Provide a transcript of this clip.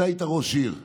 אתה היית ראש עיר.